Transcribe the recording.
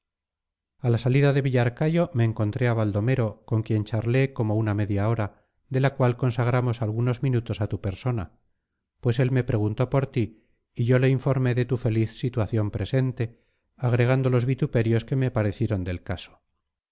a la salida de villarcayo me encontré a baldomero con quien charlé como una media hora de la cual consagramos algunos minutos a tu persona pues él me preguntó por ti y yo le informé de tu feliz situación presente agregando los vituperios que me parecieron del caso